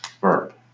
verb